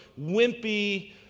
wimpy